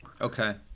okay